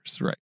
Right